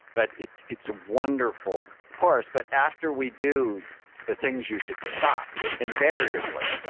but it's it's a wonderful course. but after we do the things you should stop invariably,